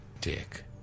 dick